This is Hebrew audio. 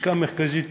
הלשכה המרכזית